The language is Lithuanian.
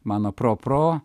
mano pro pro